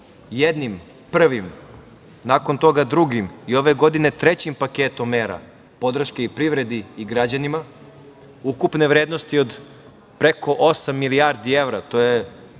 jednim, prvim, nakon toga drugim i ove godine trećim paketom mera podrške i privredi i građanima, ukupne vrednosti od preko osam milijardi evra, to je